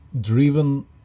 driven